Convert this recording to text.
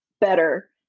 better